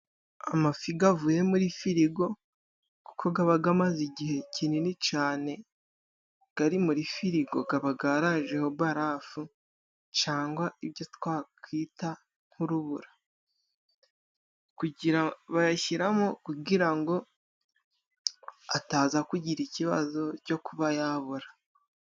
Amafi avuye muri firigo, yo aba amaze igihe kinini cyane ari muri firigo, akaba yarajeho barafu cyangwa twakwita nk'urubura， bayashyiramo kugira ngo ataza kugira ikibazo cyo kuba yabora.